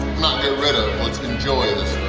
not get rid of, let's enjoy this